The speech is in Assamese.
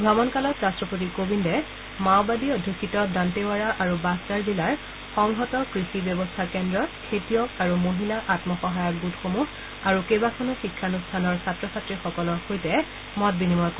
ভ্ৰমণকালত ৰাট্টপতি কোবিন্দে মাওবাদী অধ্যষিত দান্তেৱাৰা আৰু বাট্টাৰ জিলাৰ সংহত কৃষি ব্যৱস্থা কেন্দ্ৰত খেতিয়ক আৰু মহিলা আম্মসহায়ক গোটসমূহ আৰু কেবাখনো শিক্ষানুষ্ঠানৰ ছাত্ৰ ছাত্ৰীসকলৰ সৈতে মত বিনিময় কৰিব